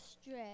stretch